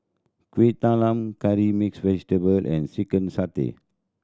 Kueh Talam curry mix vegetable and chicken satay